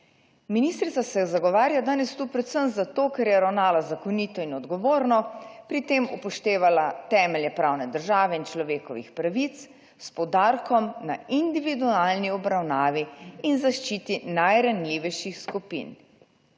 Ministrica se zagovarja danes tu predvsem zato, ker je ravnala zakonito in odgovorno, pri tem upoštevala temelje pravne države in človekovih pravic s poudarkom na individualni obravnavi in zaščiti najranljivejših skupin.